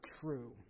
true